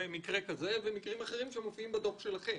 מקרה כזה ומקרים אחרים שמופיעים בדוח שלכם?